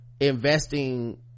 investing